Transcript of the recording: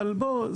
אבל בוא,